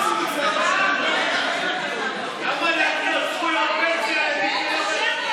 זכויות פנסיה, חברת הכנסת